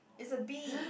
is a B